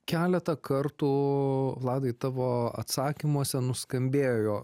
keletą kartų vladai tavo atsakymuose nuskambėjo